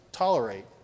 tolerate